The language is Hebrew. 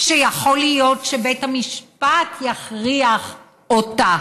יכול להיות שבית המשפט יכריח אותה,